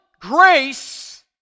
grace